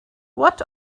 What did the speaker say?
what